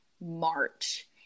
March